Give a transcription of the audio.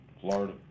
Florida